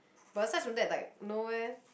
but asides from that like no eh